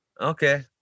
Okay